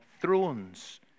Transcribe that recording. thrones